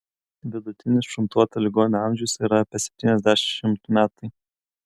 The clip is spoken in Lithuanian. vidutinis šuntuotų ligonių amžius yra apie septyniasdešimt metai